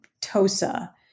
Tosa